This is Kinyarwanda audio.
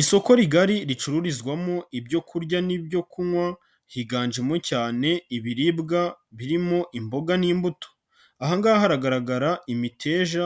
Isoko rigari ricururizwamo ibyo kurya n'ibyo kunywa, higanjemo cyane ibiribwa birimo imboga n'imbuto. Aha ngaha hagaragara imiteja,